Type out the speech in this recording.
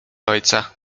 ojca